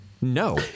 No